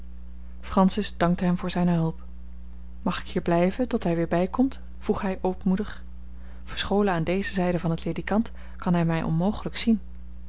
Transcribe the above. francis dankte hem voor zijne hulp mag ik hier blijven tot hij weer bijkomt vroeg hij ootmoedig verscholen aan deze zijde van het ledikant kan hij mij onmogelijk zien